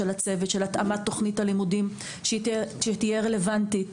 של הצוות ושל התאמת תוכנית הלימודים כך שתהיה רלוונטית.